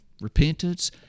repentance